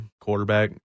quarterback